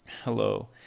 Hello